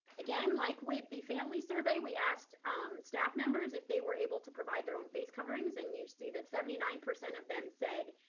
again, like with the family survey, we asked staff members if they were able to provide their own face coverings, and you see that seventy nine percent of them said